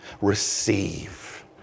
receive